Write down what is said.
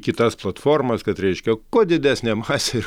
kitas platformas kad reiškia kuo didesnė masė ir